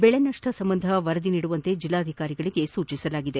ಬೆಳೆ ನಷ್ಟ ಸಂಬಂಧ ವರದಿ ನೀಡುವಂತೆ ಜಿಲ್ಲಾಧಿಕಾರಿಗಳಿಗೆ ಸೂಚಿಸಲಾಗಿದೆ